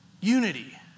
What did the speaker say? unity